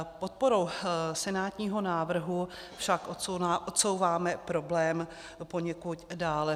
Podporou senátního návrhu však odsouváme problém poněkud dále.